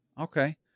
Okay